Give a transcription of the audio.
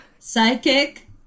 psychic